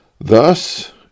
Thus